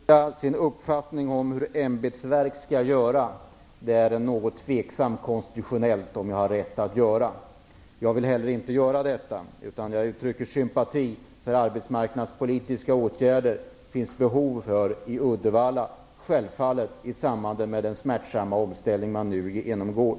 Herr talman! Det är konstitutionellt ganska tveksamt om jag har rätt att uttrycka min uppfattning om hur ämbetsverk skall göra. Jag vill inte heller göra detta, utan uttrycker sympati för de arbetsmarknadspolitiska åtgärder som det självfallet finns behov av i Uddevalla i samband med den smärtsamma omställning som man nu genomgår.